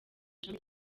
ishami